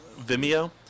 Vimeo